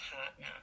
partner